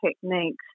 techniques